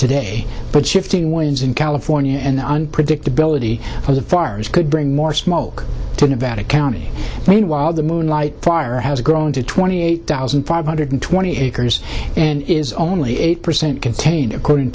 today but shifting winds in california and the unpredictability of the fires could bring more smoke to nevada county meanwhile the moonlight fire has grown to twenty eight thousand five hundred twenty acres and is only eight percent contained according